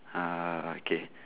uh okay